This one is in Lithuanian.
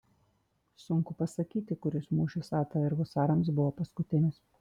sunku pasakyti kuris mūšis atr husarams buvo paskutinis